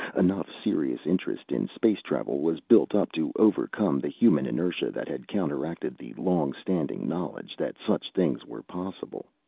enough serious interest in space travel was built up to overcome the human inertia that had counteracted the long-standing knowledge that such things were possible.